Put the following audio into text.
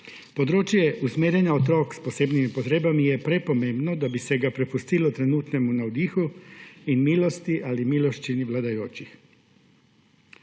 Področje usmerjanja otrok s posebnimi potrebami je prepomembno, da bi se ga prepustilo trenutnemu navdihu in milosti ali miloščini vladajočih.